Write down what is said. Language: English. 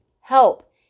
Help